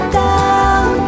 down